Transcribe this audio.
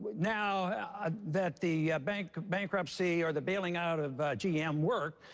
now that the bankruptcy bankruptcy or the bailing out of gm worked,